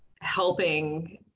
helping